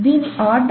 దీని ఆర్డర్